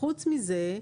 חוץ מזה,